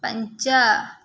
पञ्च